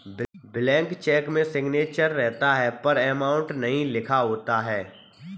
blank cheque में signature रहता है पर अमाउंट नहीं लिखा होता है